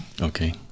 okay